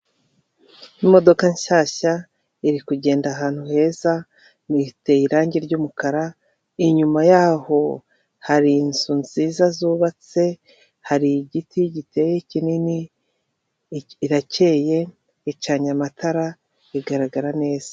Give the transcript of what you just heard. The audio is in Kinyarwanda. Imodoka nshyashya iri kugenda ahantu heza iteye irangi ry'umukara inyuma yaho hari inzu nziza zubatse, hari igiti giteye kinini irakeye icanye amatara igaragara neza.